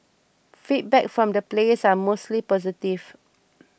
feedback from the players was mostly positive